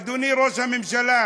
אדוני ראש הממשלה,